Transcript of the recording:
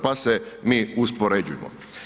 Pa se mi uspoređujmo.